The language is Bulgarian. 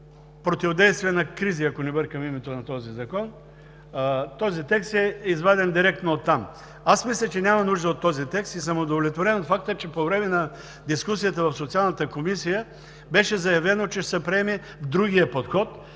противодействие на кризи, ако не бъркам името, този текст е изваден директно от там. Аз мисля, че няма нужда от този текст, и съм удовлетворен от факта, че по време на дискусията в Социалната комисия беше заявено, че ще се приеме другият подход.